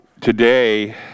Today